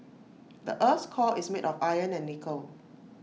the Earth's core is made of iron and nickel